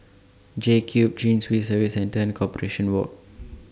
JCube Chin Swee Service Centre and Corporation Walk